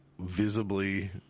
visibly